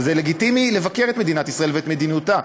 וזה לגיטימי לבקר את מדינת ישראל ואת מדיניותה.